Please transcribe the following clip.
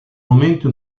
momento